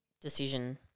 decision